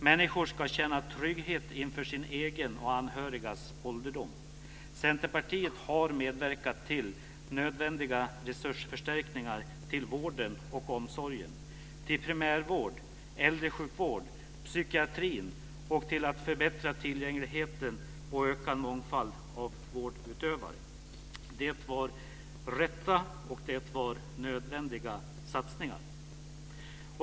Människor ska känna trygghet inför sin egen och anhörigas ålderdom. Centerpartiet har medverkat till nödvändiga resursförstärkningar till vården och omsorgen, till primärvård, äldresjukvård, psykiatri och till att förbättra tillgängligheten och öka mångfalden av vårdutövare. Det var rätta och nödvändiga satsningar.